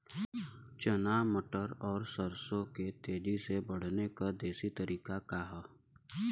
चना मटर और सरसों के तेजी से बढ़ने क देशी तरीका का ह?